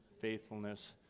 faithfulness